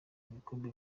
ibikombe